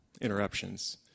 interruptions